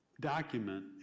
document